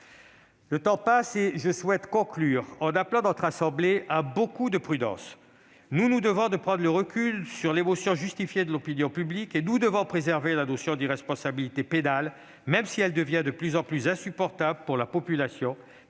Le temps passe et je souhaite conclure en appelant notre assemblée à une très grande prudence : nous nous devons de prendre du recul sur l'émotion, justifiée, de l'opinion publique. Nous devons préserver la notion d'irresponsabilité pénale, même si celle-ci devient de plus en plus insupportable pour la population,